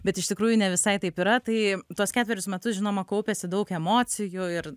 bet iš tikrųjų ne visai taip yra tai tuos ketverius metus žinoma kaupėsi daug emocijų ir